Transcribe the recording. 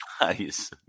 Nice